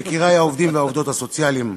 יקירי העובדים והעובדות הסוציאליים,